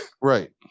Right